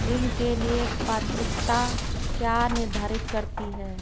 ऋण के लिए पात्रता क्या निर्धारित करती है?